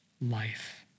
life